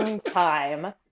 time